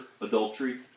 adultery